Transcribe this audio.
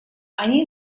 они